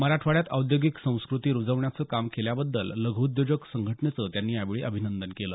मराठवाड्यात औद्योगिक संस्कृती रुजवण्याचं काम केल्याबद्दल लघू उद्योजक संघटनेचं त्यांनी यावेळी अभिनंदन केलं